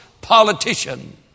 Politician